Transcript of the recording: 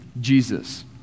Jesus